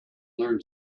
learn